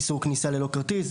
איסור כניסה ללא כרטיס,